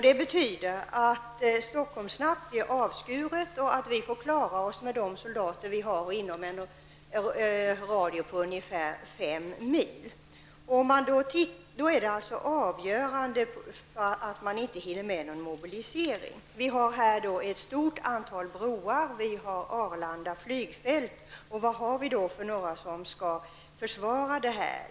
Detta betyder att Stockholm snabbt blir avskuret och att vi får klara oss med de soldater som vi har inom en radie av ungefär fem mil. Avgörande är att man inte hinner med någon mobilisering. Inom området finns ett stort antal broar samt Arlanda flygplats. Vilka skall då försvara detta?